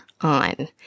on